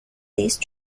these